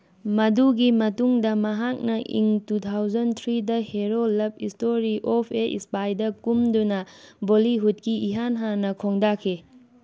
ꯃꯗꯨꯒꯤ ꯃꯇꯨꯡꯗ ꯃꯍꯥꯛꯅ ꯏꯪ ꯇꯨ ꯊꯥꯎꯖꯟ ꯊ꯭ꯔꯤꯗ ꯍꯦꯔꯣ ꯂꯞ ꯏꯁꯇꯣꯔꯤ ꯑꯣꯐ ꯑꯦ ꯏꯁꯄꯥꯏꯗ ꯀꯨꯝꯗꯨꯅ ꯕꯣꯂꯤꯍꯨꯠꯀꯤ ꯏꯍꯥꯟ ꯍꯥꯟꯅ ꯈꯣꯡꯗꯥꯈꯤ